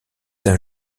d’un